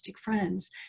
friends